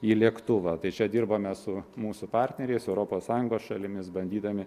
į lėktuvą tai čia dirbame su mūsų partneriais europos sąjungos šalimis bandydami